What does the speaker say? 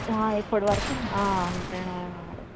ఎప్పటి వరకు అంతే వాడాలి